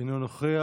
אינו נוכח.